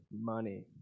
money